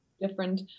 different